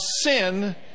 sin